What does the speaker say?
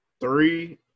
Three